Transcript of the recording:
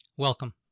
Welcome